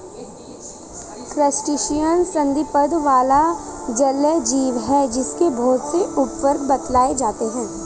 crustacean संधिपाद वाला जलीय जीव है जिसके बहुत से उपवर्ग बतलाए जाते हैं